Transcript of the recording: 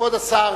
כבוד השר,